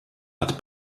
hat